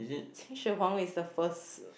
Qin-Shi Huang is the first